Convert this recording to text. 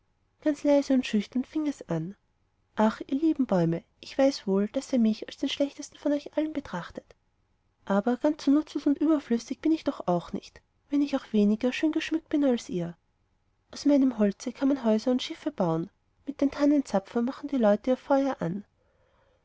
ganz leise und schüchtern fing es an ach ihr lieben bäume ich weiß wohl daß ihr mich als den schlechtesten von euch allen betrachtet aber so ganz nutzlos und überflüssig bin ich doch auch nicht wenn ich auch weniger schön geschmückt bin als ihr aus meinem holze kann man häuser und schiffe bauen und mit den tannenzapfen machen die leute ihr feuer an